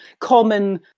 common